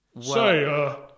Say